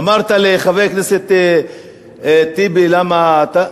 אמרת לחבר הכנסת טיבי למה אתה,